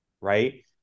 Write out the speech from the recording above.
right